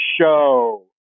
show